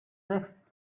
sixth